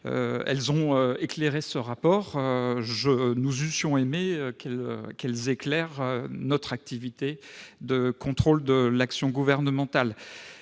avaient éclairé son rapport. Nous aurions aimé qu'elles éclairassent aussi notre activité de contrôle de l'action gouvernementale